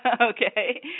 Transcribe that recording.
okay